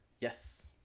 Yes